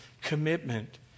commitment